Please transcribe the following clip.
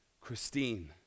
Christine